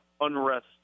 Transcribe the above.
unrest